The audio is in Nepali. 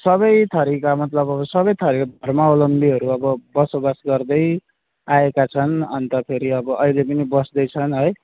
सबै थरिका मतलब अब सबै थरिका धर्मावलम्बीहरू आबो बसोबासो गर्दै आएका छन् अन्त फेरि अब अहिले पनि बस्दैछन् है